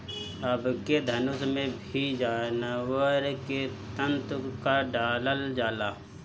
अबके धनुष में भी जानवर के तंतु क डालल जाला